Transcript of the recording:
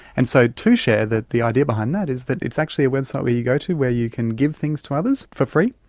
and so tushare, the idea behind that is that it's actually a website where you go to where you can give things to others for free,